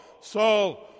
Saul